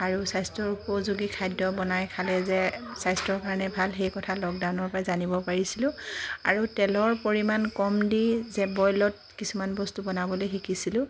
আৰু স্বাস্থ্যৰ উপযোগী খাদ্য বনাই খালে যে স্বাস্থ্যৰ কাৰণে ভাল সেই কথা লকডাউনৰ পৰাই জানিব পাৰিছিলোঁ আৰু তেলৰ পৰিমাণ কম দি যে বইলত কিছুমান বস্তু বনাবলৈ শিকিছিলোঁ